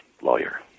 lawyer